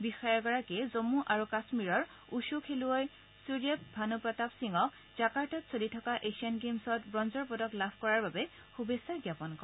বিষয়াগৰাকীয়ে জন্মু আৰু কাশ্মীৰৰ উশ্বু খেলুৱৈ সূৰ্য ভানুপ্ৰতাপ সিঙক জাকাৰ্টাত চলি থকা এছিয়ান গেমছত ব্ৰঞ্জৰ পদক লাভ কৰাৰ বাবে শুভেচ্ছা জ্ঞাপন কৰে